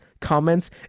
comments